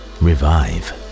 revive